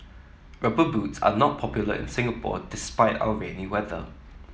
rubber boots are not popular in Singapore despite our rainy weather